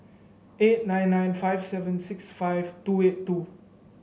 eight nine nine five seven six five two eight two